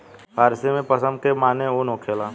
फ़ारसी में पश्म के माने ऊन होखेला